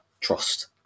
Trust